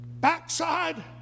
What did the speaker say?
backside